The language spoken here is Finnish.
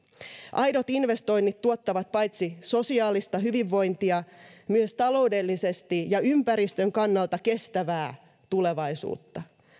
aidot investoinnit tuottavat paitsi sosiaalista hyvinvointia myös taloudellisesti ja ympäristön kannalta kestävää tulevaisuutta